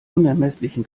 unermesslichen